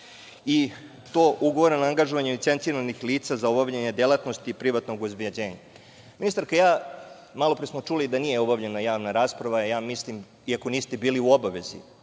i to ugovoreno angažovanje licenciranih lica za obavljanje delatnosti privatnog obezbeđenja. Ministarka, malopre smo čuli da nije obavljena javna rasprava. Ja mislim, iako niste bili u obavezi